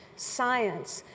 science,